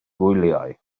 gwyliau